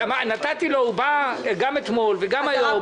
הוא בא גם אתמול וגם היום,